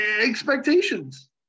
expectations